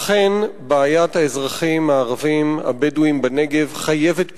אכן בעיית האזרחים הערבים הבדואים בנגב חייבת פתרון,